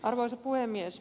arvoisa puhemies